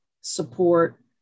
support